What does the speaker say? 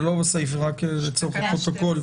זה לא סעיף רק לצורך הפרוטוקול.